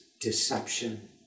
deception